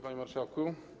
Panie Marszałku!